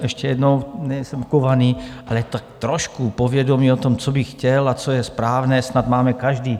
Ještě jednou, nejsem kovaný, ale tak trošku povědomí o tom, co bych chtěl a co je správné, snad máme každý.